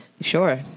Sure